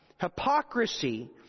hypocrisy